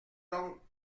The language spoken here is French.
donc